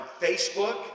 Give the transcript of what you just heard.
Facebook